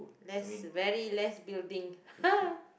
less very less building